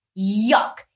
Yuck